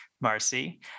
Marcy